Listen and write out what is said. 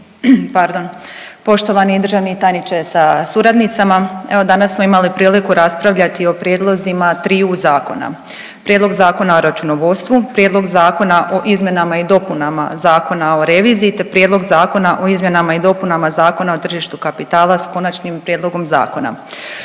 pardon, poštovani državni tajniče sa suradnicama evo danas smo imali priliku raspravljati o prijedlozima triju zakona. Prijedlog Zakona o računovodstvu, Prijedlog Zakona o izmjenama i dopunama Zakona o reviziji te Prijedlog Zakona o izmjenama i dopunama Zakona o tržištu kapitala s konačnim prijedlogom zakona